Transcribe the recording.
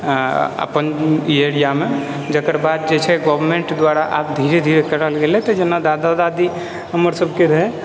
अऽ अपन ई एरियामे जकर बाद जे छै गवर्नमेन्ट द्वारा आब धीरे धीरे करल गेलै तऽ जेना दादा दादी हमर सभक रहै